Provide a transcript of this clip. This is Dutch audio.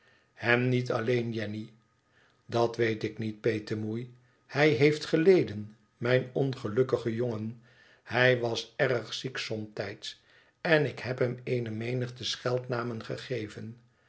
hem niet alleen jenny tdat weet ik niet petemoei hij heeft geleden mijn ongelukkige jongen hij was erg ziek somtijds n ik heb hem eene menigte scheldnamen gegeven